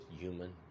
human